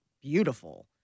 beautiful